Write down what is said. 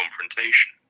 confrontation